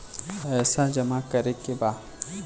पैसा जमा करे के बा?